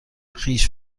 خویش